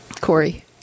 Corey